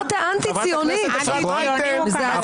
חברות וחברי מפלגת העבודה ימים ולילות ואומרים לך את זה -- תודה.